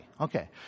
Okay